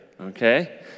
okay